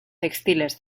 textiles